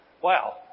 Wow